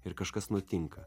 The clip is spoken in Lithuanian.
ir kažkas nutinka